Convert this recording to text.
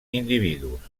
individus